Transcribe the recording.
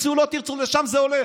תרצו או לא תרצו, לשם זה הולך,